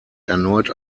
erneut